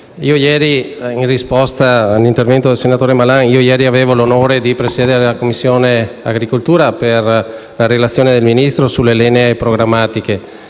intervengo in risposta all'intervento del senatore Malan. Ieri ho avuto l'onore di presiedere la Commissione agricoltura in occasione della relazione del Ministro sulle linee programmatiche